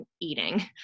eating